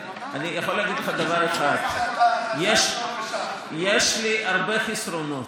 אני יכול להגיד לך דבר אחד: יש לי הרבה חסרונות,